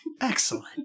Excellent